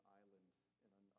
island